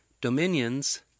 dominions